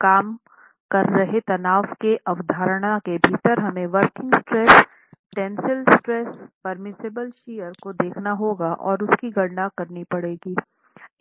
काम कर रहे तनाव की अवधारणा के भीतर हमे working stress tensile stress permissible shear को देखना होगा और उसकी गरणा करनी पड़ेगी